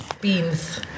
Beans